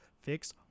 Fix